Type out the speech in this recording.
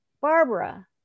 Barbara